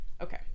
okay